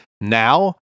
now